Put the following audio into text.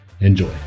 Enjoy